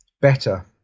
better